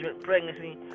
pregnancy